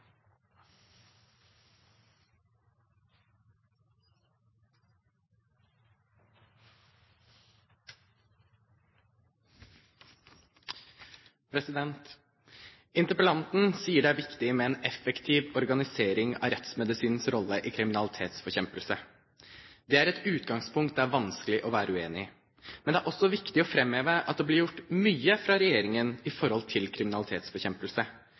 utålmodighet som interpellanten også viser. Interpellanten sier det er viktig med en effektiv organisering av rettsmedisinens rolle i kriminalitetsbekjempelse. Det er et utgangspunkt det er vanskelig å være uenig i. Men det er også viktig å framheve at det blir gjort mye fra